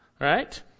right